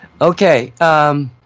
Okay